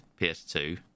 PS2